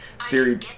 Siri